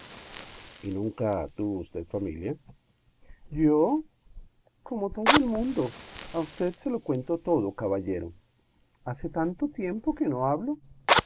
y nunca tuvo usted familia yo como todo el mundo a usted se lo cuento todo caballero hace tanto tiempo que no hablo